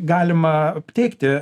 galima teikti